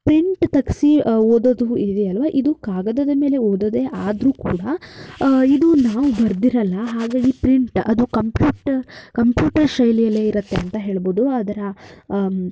print ತೆಗ್ಸಿ ಓದೋದು ಇದೆಯಲ್ಲವಾ ಇದು ಕಾಗದದ ಮೇಲೆ ಓದೋದೇ ಆದರೂ ಕೂಡ ಇದು ನಾವು ಬರೆದಿರಲ್ಲ ಹಾಗಾಗಿ ಪ್ರಿಂಟ್ ಅದು ಕಂಪ್ಯೂಟ ಕಂಪ್ಯೂಟರ್ ಶೈಲಿಯಲ್ಲೇ ಇರುತ್ತೆ ಅಂತ ಹೇಳ್ಬೌದು ಅದರ